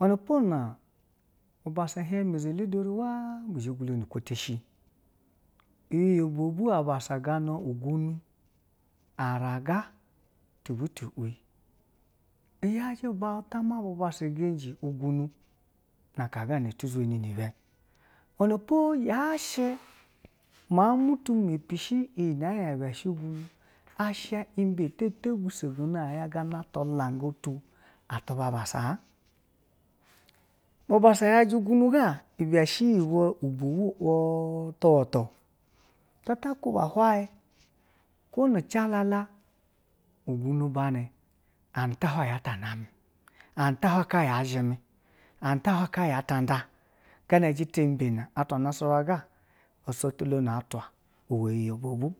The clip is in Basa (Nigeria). iwenepo na bu bassa hien mezhele tweri waa nu zha gulo nu kwo teshi iyi ubavwu bu bassa gana ugunu, araga, ta butu wi, iyaji ubauta ma bu bassa keji ugunu, na kana otu zhi ni nu ibe, iwenepo ya shi, miaun mu tu mepi shi iyi na shi ugunu, asha ibe ati zha toto bisegono aya gana ti langan tu a tuba a bassa, bu bassa yaji ugunu ga ibe shi yi ibovwi wutu wutu ta zha ta kuba hwenyi kwo nu jalala ugunu bani an tai hwayi ya ta na me, an tari hwayi ka ya zheme, an tai hwayi ka ya nda, gana jita imbe na atwa nasarawa ga, osho tu lonu atwa obovwu.